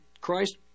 Christ